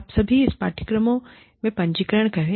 आप सभीइन पाठ्यक्रमों में पंजीकरण करें